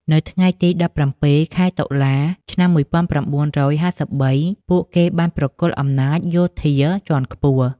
នៅថ្ងៃទី ១៧ ខែតុលា ឆ្នាំ ១៩៥៣ ពួកគេក៏បានប្រគល់អំណាចយោធាជាន់ខ្ពស់។